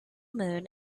moon